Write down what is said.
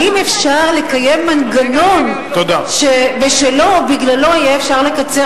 האם אפשר לקיים מנגנון שבשלו ובגללו יהיה אפשר לקצר